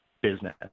business